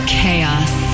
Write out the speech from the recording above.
chaos